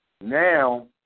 now